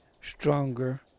stronger